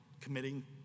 committing